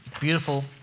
Beautiful